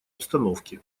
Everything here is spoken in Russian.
обстановки